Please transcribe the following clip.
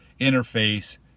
interface